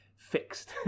fixed